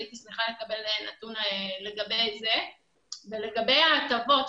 לגבי ההטבות,